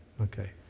Okay